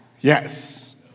Yes